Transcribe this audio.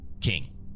King